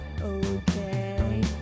okay